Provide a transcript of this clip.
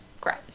great